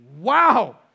wow